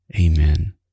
Amen